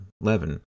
Levin